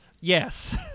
Yes